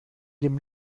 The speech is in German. dem